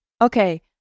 Okay